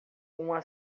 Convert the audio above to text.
uma